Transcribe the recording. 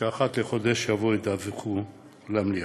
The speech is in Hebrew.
אחת לחודש יבואו וידווחו למליאה.